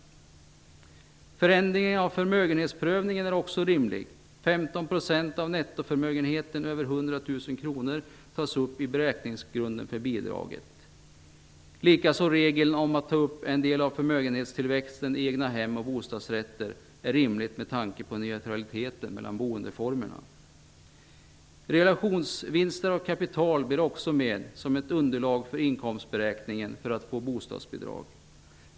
Förändringen av förmögenhetsprövningen är också rimlig. 15 % av nettoförmögenheten över 100 000 kr tas upp i beräkningsgrunden för bidraget. Likaså är regeln om att ta upp en del av förmögenhetstillväxten i egnahem och bostadsrätter rimlig, med tanke på neutraliteten mellan boendeformerna. Realisationsvinster av kapital blir också med som ett underlag för inkomstberäkningen för att få bostadsbidrag.